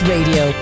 Radio